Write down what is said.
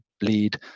bleed